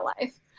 life